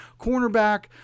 cornerback